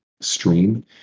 stream